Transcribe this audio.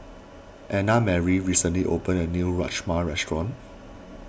Annamarie recently opened a new Rajma restaurant